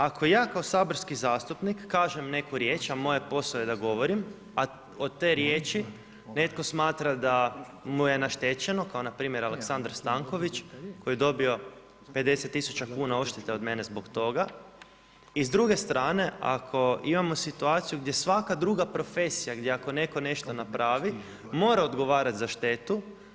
Ako ja kao saborski zastupnik kažem neku riječ, a moj je posao da govorim, a od te riječ, netko smatra da mu je naštećeno, kao npr. Aleksandar Stanković, koji je dobio 50000 kn od mene zbog toga i s druge strane ako imamo situaciju, gdje svaka druga profesija, gdje ako netko nešto napravi, mora odgovarati za štetu.